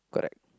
correct